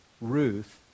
Ruth